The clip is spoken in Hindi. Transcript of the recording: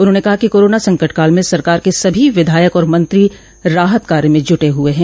उन्होंने कहा कि कोरोना संकट काल में सरकार क सभी विधायक और मंत्री राहत कार्य में जुटे हुए हैं